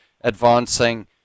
advancing